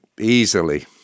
easily